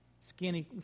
skinny